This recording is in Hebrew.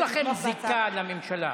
או אולי לבוא ולהתנגד לאמירה הזאת?